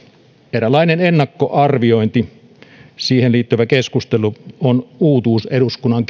eräänlainen ennakkoarviointi siihen liittyvä keskustelu on uutuus eduskunnan